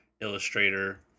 illustrator